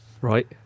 Right